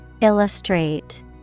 Illustrate